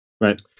right